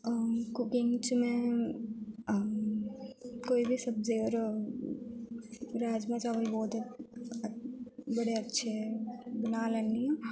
cooking च मैं कोई बी सब्जी होर राजमां चावल बड़े अच्छे बना लैन्नी आं